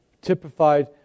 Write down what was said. Typified